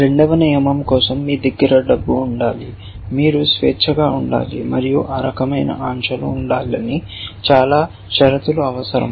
రెండవ నియమం కోసం మీకు డబ్బు ఉండాలి మీరు స్వేచ్ఛగా ఉండాలి మరియు ఆ రకమైన అంశాలు ఉండాలని చాలా షరతులు అవసరం